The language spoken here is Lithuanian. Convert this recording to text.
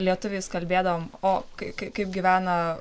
lietuviais kalbėdavom o kai kai kaip gyvena